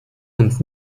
und